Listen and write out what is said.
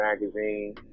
magazine